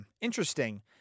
interesting